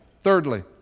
Thirdly